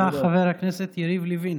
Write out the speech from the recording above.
תודה, חבר הכנסת יריב לוין.